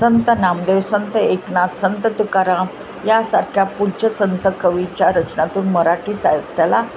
संत नामदेव संत एकनाथ संत तुकाराम यासारख्या पूज्य संत कवीच्या रचनातून मराठी साहित्याला